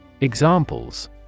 Examples